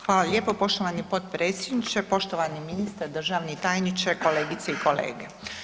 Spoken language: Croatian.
Hvala lijepo poštovani potpredsjedniče, poštovani ministre, državni tajniče, kolegice i kolege.